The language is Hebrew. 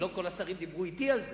ולא כל השרים דיברו אתי על זה,